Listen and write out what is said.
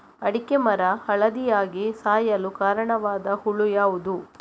ಅಡಿಕೆ ಮರ ಹಳದಿಯಾಗಿ ಸಾಯಲು ಕಾರಣವಾದ ಹುಳು ಯಾವುದು?